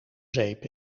zeep